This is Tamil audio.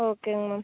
ஓகேங்க மேம்